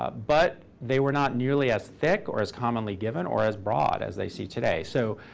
ah but they were not nearly as thick or as commonly given or as broad as they see today. so